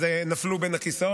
אז הם נפלו בין הכיסאות,